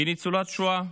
היא ניצולת שואה.